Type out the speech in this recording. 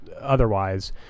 otherwise